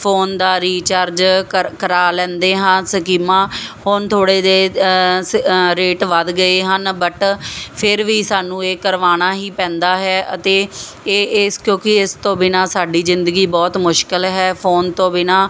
phone ਦਾ recharge ਕਰ ਕਰਵਾ ਲੈਂਦੇ ਹਾਂ ਸਕੀਮਾਂ ਹੁਣ ਥੋੜ੍ਹੇ ਜਿਹੇ ਸ ਰੇਟ ਵੱਧ ਗਏ ਹਨ ਬਟ ਫਿਰ ਵੀ ਸਾਨੂੰ ਇਹ ਕਰਵਾਉਣਾ ਹੀ ਪੈਂਦਾ ਹੈ ਅਤੇ ਇਹ ਇਸ ਕਿਉਂਕਿ ਇਸ ਤੋਂ ਬਿਨਾਂ ਸਾਡੀ ਜ਼ਿੰਦਗੀ ਬਹੁਤ ਮੁਸ਼ਕਿਲ ਹੈ ਫੋਨ ਤੋਂ ਬਿਨਾਂ ਫੋਨ